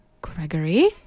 gregory